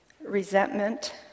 resentment